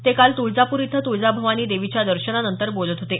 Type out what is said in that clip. ते काल तुळजापूर इथं तुळजाभवानी देवीच्या दर्शनानंतर बोलत होते